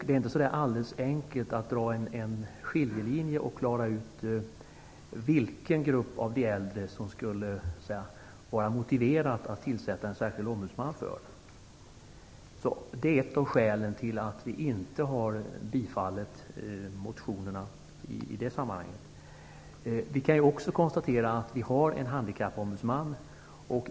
Det är inte alldeles enkelt att dra en skiljelinje och klara ut för vilken grupp av de äldre som det skulle vara motiverat att tillsätta en särskild ombudsman. Detta är ett av skälen till att vi inte har tillstyrkt motionerna i det sammanhanget. Det finns en handikappombudsman.